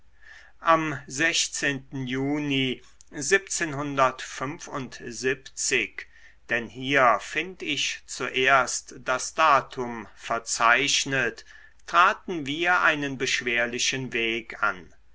am juni denn hier find ich zuerst das datum verzeichnet traten wir einen beschwerlichen weg an